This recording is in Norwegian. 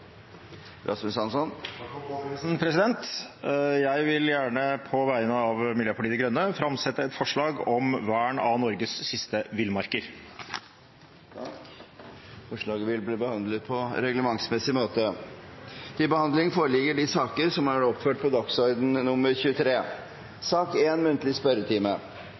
Rasmus Hansson vil fremsette et representantforslag. Jeg vil gjerne på vegne av Miljøpartiet De Grønne framsette et forslag om vern av Norges siste villmarker. Forslaget vil bli behandlet på reglementsmessig måte. Stortinget mottok mandag meddelelse fra Statsministerens kontor om at statsrådene Bent Høie, Anders Anundsen og Linda C. Hofstad Helleland vil møte til muntlig spørretime.